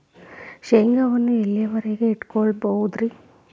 ಶೇಂಗಾವನ್ನು ಎಲ್ಲಿಯವರೆಗೂ ಇಟ್ಟು ಕೊಳ್ಳಬಹುದು ರೇ?